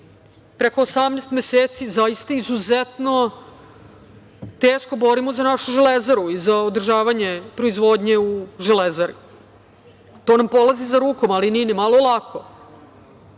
preko 18 meseci zaista izuzetno teško borimo za našu Železaru i za održavanje proizvodnje u Železari. To nam polazi za rukom, ali nije ni malo lako.